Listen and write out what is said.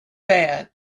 bad